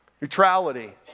neutrality